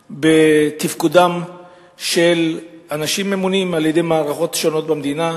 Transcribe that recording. בתפקודם של אנשים ממונים על-ידי מערכות שונות במדינה,